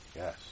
Yes